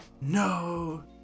no